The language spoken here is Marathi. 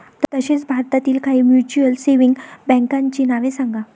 तसेच भारतातील काही म्युच्युअल सेव्हिंग बँकांची नावे सांगा